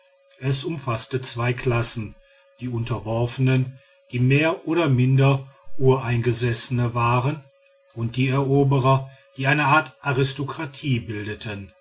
es umfaßte zwei klassen die unterworfenen die mehr oder minder ureingesessene waren und die eroberer die eine art aristokratie bildeten